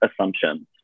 assumptions